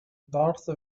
darth